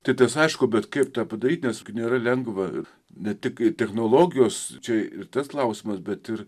titas aišku bet kaip tą padaryti tiesiog nėra lengva ir ne tik technologijos čia ir tas klausimas bet ir